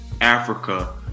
Africa